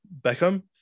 Beckham